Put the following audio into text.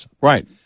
Right